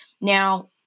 now